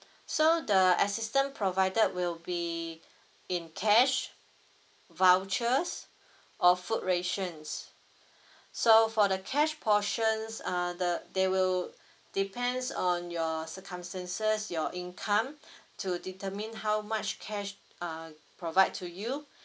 so the assistance provided will be in cash vouchers or food rations so for the cash portions uh the they will depends on your circumstances your income to determine how much cash uh provide to you